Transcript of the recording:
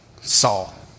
Saul